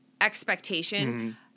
expectation